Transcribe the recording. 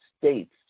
states